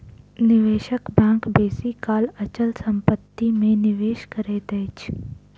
निवेशक बैंक बेसी काल अचल संपत्ति में निवेश करैत अछि